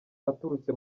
aturutse